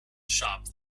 shop